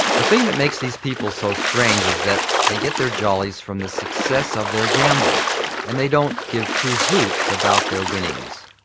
the thing that makes these people so strange is that they get their jollies from the success of their gamble and they don't give two hoots about their winnings.